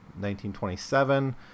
1927